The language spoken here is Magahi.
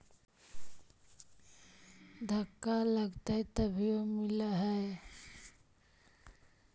धक्का लगतय तभीयो मिल है?